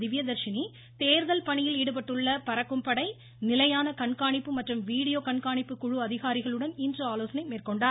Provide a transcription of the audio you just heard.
திவ்யதர்சினி தேர்தல் பணியில் ஈடுபட்டுள்ள பறக்கும் படை நிலையான கண்காணிப்பு மற்றும் வீடியோ கண்காணிப்பு குழு அதிகாரிகளுடன் இன்று ஆலோசனை மேற்கொண்டார்